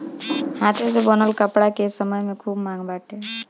हाथे से बनल कपड़ा के ए समय में खूब मांग बाटे